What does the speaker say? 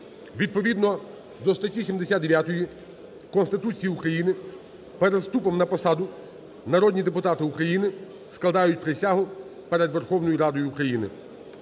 Відповідно до статті 79 Конституції України перед вступом на посаду народні депутати України складають присягу перед Верховною Радою України.